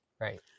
Right